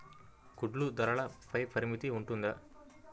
గుడ్లు ధరల పై పరిమితి ఉంటుందా?